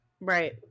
Right